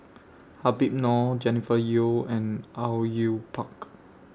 Habib Noh Jennifer Yeo and Au Yue Pak